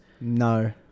No